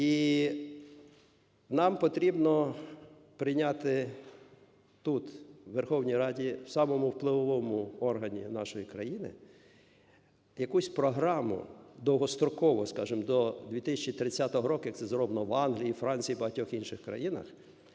І нам потрібно прийняти тут, у Верховній Раді, в самому впливовому органі нашої країни, якусь програму довгострокову, скажімо, до 2030 року, як це зроблено в Англії, Франції, багатьох інших країнах,